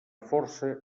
força